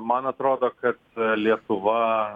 man atrodo kad lietuva